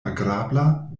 agrabla